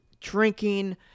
drinking